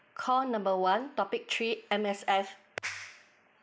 call number one topic three M_S_F